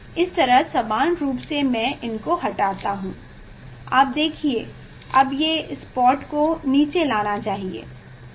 इस तरह समान रूप से मैं इनको हटाता हूँ आप देखिए अब ये स्पॉट को नीचे जाना चाहिए हाँ